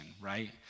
right